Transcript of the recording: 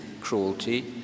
cruelty